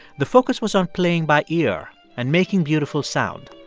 the focus was on playing by ear and making beautiful sound.